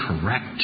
correct